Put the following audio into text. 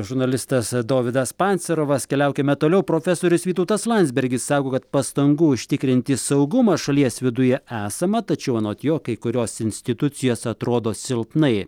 žurnalistas dovydas pancerovas keliaukime toliau profesorius vytautas landsbergis sako kad pastangų užtikrinti saugumą šalies viduje esama tačiau anot jo kai kurios institucijos atrodo silpnai